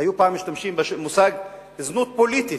פעם היו משתמשים במושג "זנות פוליטית"